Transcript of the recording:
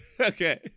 Okay